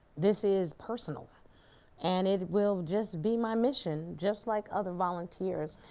this is personal and it will just be my mission just like other volunteers.